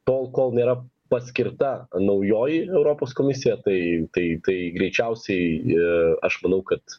tol kol nėra paskirta naujoji europos komisija tai tai tai greičiausiai į aš manau kad